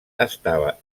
estava